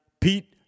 Pete